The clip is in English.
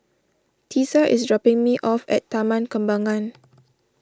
Tisa is dropping me off at Taman Kembangan